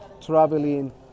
traveling